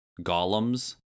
golems